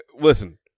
listen